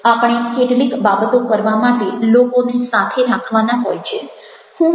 આપણે કેટલીક બાબતો કરવા માટે લોકોને સાથે રાખવાના હોય છે